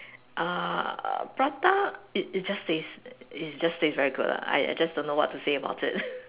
uh prata it is just taste is just taste very good lah I just don't know what to say about it